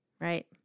right